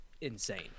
insane